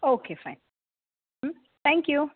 okay fine thank you